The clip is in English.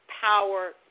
Power